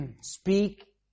speak